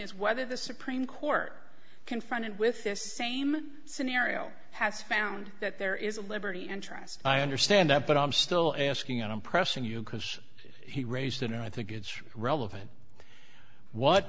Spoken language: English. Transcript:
is whether the supreme court confronted with this same scenario has found that there is a liberty interest i understand that but i'm still asking and i'm pressing you because he raised it and i think it's relevant what